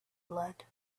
blood